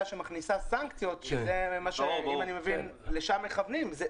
שמכניסה סנקציות שאני מבין שלשם מכוונים,